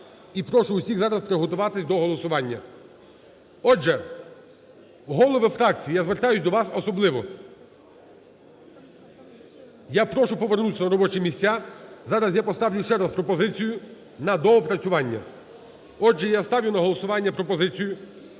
І прошу усіх зараз приготуватись до голосування. Отже, голови фракцій, я звертаюсь до вас особливо, я прошу повернутися на робочі місця. Зараз я поставлю ще раз пропозицію на доопрацювання. Отже, я ставлю на голосування пропозицію,